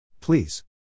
Please